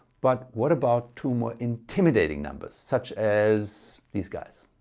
but what about two more intimidating numbers such as these guys?